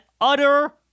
utter